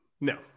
no